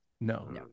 no